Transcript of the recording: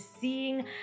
seeing